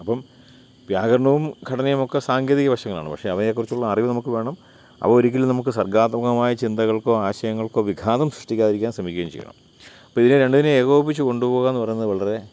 അപ്പോള് വ്യാകരണവും ഘടനയുമൊക്കെ സാങ്കേതിക വശങ്ങളാണ് പക്ഷെ അവയെക്കുറിച്ചുള്ള അറിവ് നമുക്കു വേണം അവ ഒരിക്കലും നമുക്ക് സർഗാത്മകമായ ചിന്തകൾക്കോ ആശയങ്ങൾക്കോ വിഘാതം സൃഷ്ടിക്കാതിരിക്കാന് ശ്രമിക്കുകയും ചെയ്യണം അപ്പോള് ഇതിനെ രണ്ടിനേയും ഏകോപിപ്പിച്ചു കൊണ്ടുപോകുകയെന്നു പറയുന്നത് വളരെ